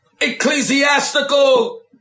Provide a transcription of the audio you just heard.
ecclesiastical